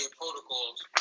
protocols